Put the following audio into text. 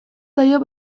zaio